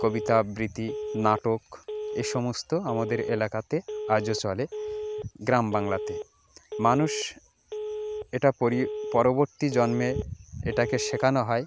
কবিতা আবৃত্তি নাটক এসমস্ত আমাদের এলাকাতে আজও চলে গ্রাম বাংলাতে মানুষ এটা পরবর্তী জন্মে এটাকে শেখানো হয়